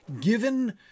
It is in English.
Given